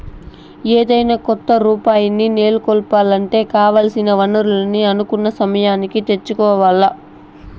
ఏదైనా కొత్త యాపారాల్ని నెలకొలపాలంటే కావాల్సిన వనరుల్ని అనుకున్న సమయానికి తెచ్చుకోవాల్ల